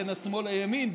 בין השמאל לימין,